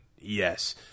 yes